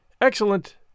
Excellent